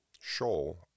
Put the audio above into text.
shoal